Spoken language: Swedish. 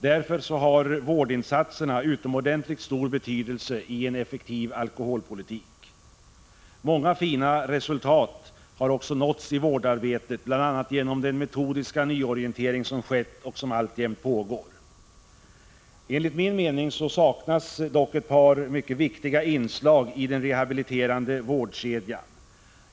Därför har vårdinsatserna utomordentligt stor betydelse i en effektiv alkoholpolitik. Många fina resultat har också nåtts i vårdarbetet, bl.a. genom den metodiska nyorientering som skett och som alltjämt pågår. Enligt min mening saknas dock ett par mycket viktiga inslag i den rehabiliterande vårdkedjan.